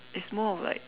it's more of like